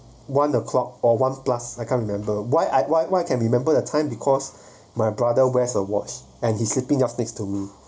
one o'clock or one plus I can't remember why I why why can remember the time because my brother wears a watch and he sleeping just next to me